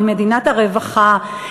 ממדינת הרווחה.